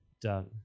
done